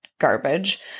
garbage